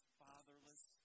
fatherless